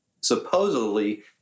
supposedly